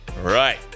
right